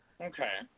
okay